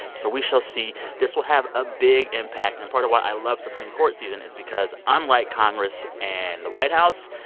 so we shall see. this will have a big impact. and part of why i love supreme court season is, because unlike congress and the white house,